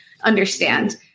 understand